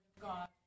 God